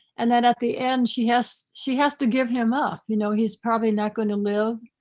and then at the end she has she has to give him up. you know, he's probably not going to live.